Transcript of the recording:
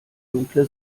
dunkle